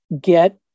Get